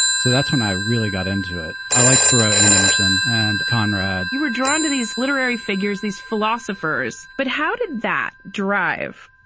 so that's when i really got into it. i like thoreau and emerson and conrad you were drawn to these literary figures, these philosophers. but how did that derive?